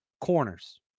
corners